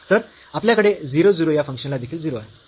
तर आपल्याकडे 0 0 ला फंक्शन देखील 0 आहे